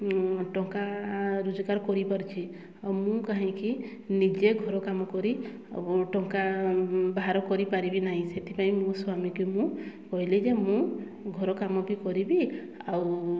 ଟଙ୍କା ରୋଜଗାର କରିପାରୁଛି ଆଉ ମୁଁ କାହିଁକି ନିଜେ ଘର କାମ କରି ଟଙ୍କା ବାହାର କରିପାରିବି ନାହିଁ ସେଥିପାଇଁ ମୋ ସ୍ୱାମୀକି ମୁଁ କହିଲି ଯେ ମୁଁ ଘର କାମ ବି କରିବି ଆଉ